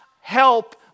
help